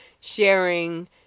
sharing